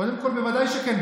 קודם כול, בוודאי שכן.